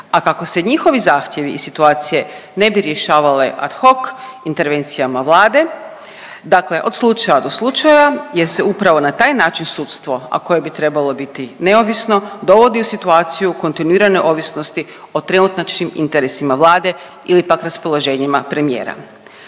a kako se njihovi zahtjevi i situacije ne bi rješavale ad hoc intervencijama Vlade, dakle od slučaja do slučaja jer se upravo na taj način sudstvo, a koje bi trebalo biti neovisno, dovodi u situaciju kontinuirate ovisnosti o trenutačnim interesima Vlade ili pak raspoloženjima premijera.